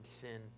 sin